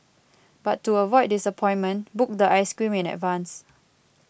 but to avoid disappointment book the ice cream in advance